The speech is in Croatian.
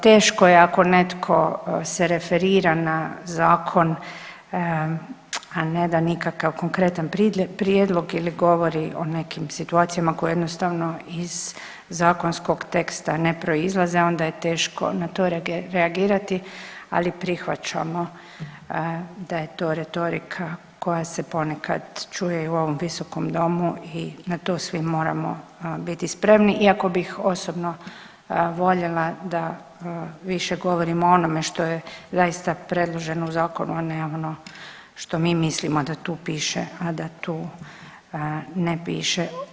Teško je ako netko se referirana na zakon, a ne da nikakav konkretan prijedlog ili govori o nekim situacijama koje jednostavno iz zakonskog teksta ne proizlaze onda je teško na to reagirati, ali prihvaćamo da je to retorika koja se ponekad čuje i u ovom visokom domu i na to svi moramo biti spremni iako bih osobno voljela da više govorimo o onome što je zaista predloženo u zakonu, a ne ono što mi mislimo da tu piše, a da tu ne piše.